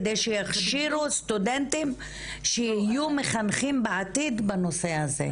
כדי שיכשירו סטודנטים שיהיו מחנכים בעתיד בנושא הזה.